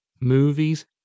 movies